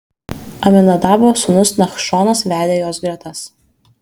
aminadabo sūnus nachšonas vedė jos gretas